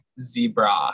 zebra